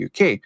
UK